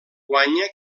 guanya